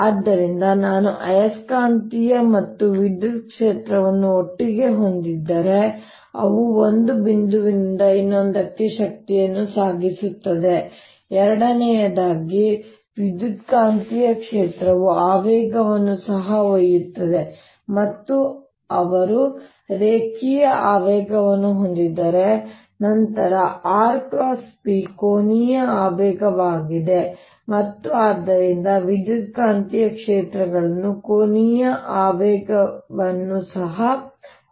ಆದ್ದರಿಂದ ನಾನು ಆಯಸ್ಕಾಂತೀಯ ಮತ್ತು ವಿದ್ಯುತ್ ಕ್ಷೇತ್ರವನ್ನು ಒಟ್ಟಿಗೆ ಹೊಂದಿದ್ದರೆ ಅವು ಒಂದು ಬಿಂದುವಿನಿಂದ ಇನ್ನೊಂದಕ್ಕೆ ಶಕ್ತಿಯನ್ನು ಸಾಗಿಸುತ್ತವೆ ಎರಡನೆಯದಾಗಿ ವಿದ್ಯುತ್ಕಾಂತೀಯ ಕ್ಷೇತ್ರವು ಆವೇಗವನ್ನು ಸಹ ಒಯ್ಯುತ್ತದೆ ಮತ್ತು ಅವರು ರೇಖೀಯ ಆವೇಗವನ್ನು ಹೊಂದಿದ್ದರೆ ನಂತರ r × p ಕೋನೀಯ ಆವೇಗವಾಗಿದೆ ಮತ್ತು ಆದ್ದರಿಂದ ವಿದ್ಯುತ್ಕಾಂತೀಯ ಕ್ಷೇತ್ರಗಳು ಕೋನೀಯ ಆವೇಗವನ್ನು ಸಹ ಹೊಂದಿರುತ್ತವೆ